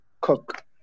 cook